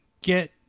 get